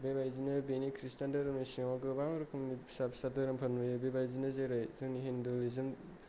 बे बायदिनो बेनि खृस्टान धोरोमनि सिङाव गोबां रोखोमनि फिसा फिसा धोरोमफोर नुयो बिदिनो जेरै जोंनि हिन्दुइज्म